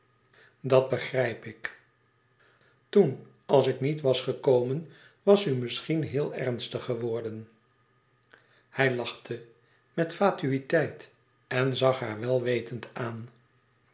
dat begrijp ik toen als ik niet was gekomen was u misschien heel ernstig geworden hij lachte met fatuïteit en zag haar welwetend aan